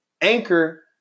anchor